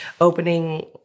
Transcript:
opening